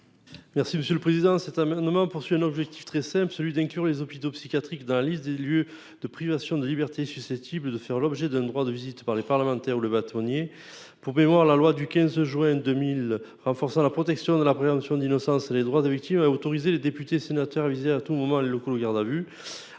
n° 7 rectifié. Cet amendement a un objet très simple : inclure les hôpitaux psychiatriques dans la liste des lieux de privation de liberté susceptibles de faire l'objet d'un droit de visite par les parlementaires ou le bâtonnier. Pour mémoire, la loi du 15 juin 2000 renforçant la protection de la présomption d'innocence et les droits des victimes a autorisé les députés et sénateurs à visiter à tout moment les locaux de garde à vue.